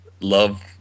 love